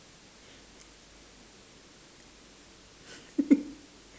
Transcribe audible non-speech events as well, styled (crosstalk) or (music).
(laughs)